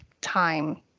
time